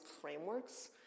frameworks